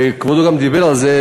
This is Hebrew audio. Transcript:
וכבודו גם דיבר על זה,